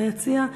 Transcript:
ביציע.